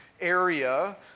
area